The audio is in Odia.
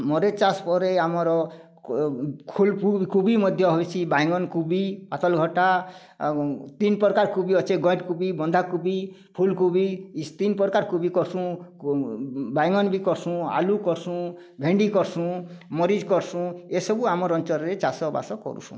ମରିଚ୍ ଚାଷ୍ ପରେ ଆମର ଫୁଲ୍କେବି ମଧ୍ୟ ହଇଛି ବାଇଗଣ କୋବି ପାତାଲ୍କଟା ଆଉ ତିନ୍ ପ୍ରକାର କୋବି ଅଛି ଗଏଁଠ୍ କୋବି ବନ୍ଧା କୋବି ଫୁଲ୍ କୋବି ଇସ୍ ତିନ୍ ପ୍ରକାର କୋବି କର୍ସୁଁ ବାଇଗଣ ବି କର୍ସୁଁ ଆଲୁ ବି କର୍ସୁଁ ଭେଣ୍ଡି କର୍ସୁଁ ମରିଚ୍ କର୍ସୁଁ ଏସବୁ ଆମର ଅଞ୍ଚଳରେ ଚାଷ ବାସ କରୁସୁଁ